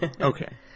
Okay